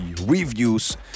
reviews